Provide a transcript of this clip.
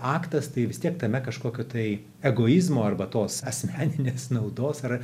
aktas tai vis tiek tame kažkokio tai egoizmo arba tos asmeninės naudos ar